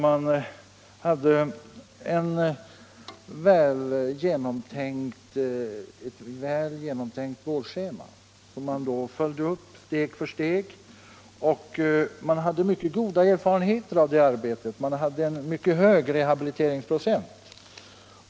Man hade också ett väl genomtänkt vårdschema, som följdes steg för steg. Man hade mycket goda erfarenheter av den verksamheten med en mycket hög rehabiliteringsprocent.